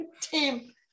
team